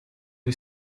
who